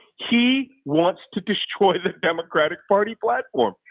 he wants to destroy the democratic party platform.